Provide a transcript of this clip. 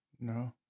No